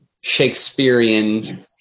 Shakespearean